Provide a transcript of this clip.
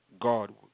God